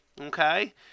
okay